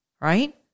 right